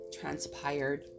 transpired